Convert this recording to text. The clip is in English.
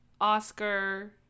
oscar